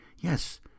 Yes